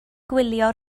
gwylio